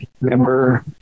member